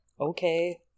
Okay